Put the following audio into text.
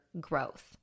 growth